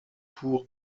pour